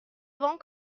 avant